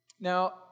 Now